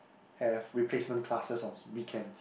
have replacement classes on s~ weekends